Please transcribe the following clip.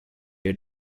had